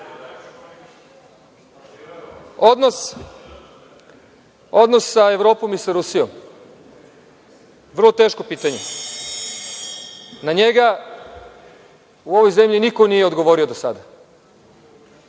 sa Evropom i sa Rusijom. Vrlo teško pitanje. Na njega u ovoj zemlji niko nije odgovorio do sada.